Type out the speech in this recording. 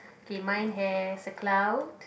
okay mine has a cloud